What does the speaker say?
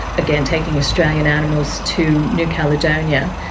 again taking australian animals to new caledonia.